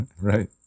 right